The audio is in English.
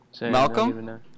Malcolm